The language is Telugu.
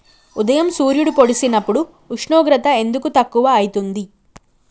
ఉదయం సూర్యుడు పొడిసినప్పుడు ఉష్ణోగ్రత ఎందుకు తక్కువ ఐతుంది?